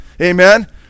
amen